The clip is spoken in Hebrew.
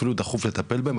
ואפילו דחוף לטפל בהם.